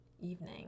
evening